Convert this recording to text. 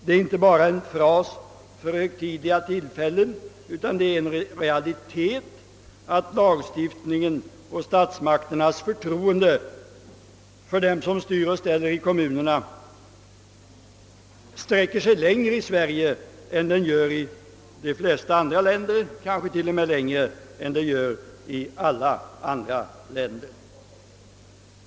Det är inte bara en fras för högtidliga tillfällen, utan det är en realitet att lagens och statsmakternas förtroende för dem som styr och ställer i kommunerna sträcker sig längre i Sverige än i de flesta andra länder, ja, kanske i alla andra länder.